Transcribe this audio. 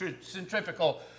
centrifugal